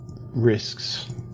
risks